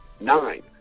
Nine